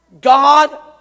God